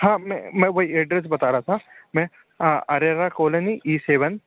हाँ मैं मैं वही एड्रेस बता रहा था मैं अरेरा कॉलोनी ई सेवन